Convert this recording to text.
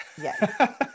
Yes